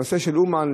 הנושא של אומן,